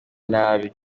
nabi